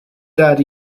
dad